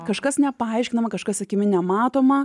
kažkas nepaaiškinama kažkas akimi nematoma